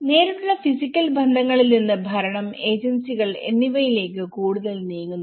നേരിട്ടുള്ള ഫിസിക്കൽ ബന്ധങ്ങളിൽ നിന്ന് ഭരണം ഏജൻസികൾ എന്നിവയിലേക്ക് കൂടുതൽ നീങ്ങുന്നു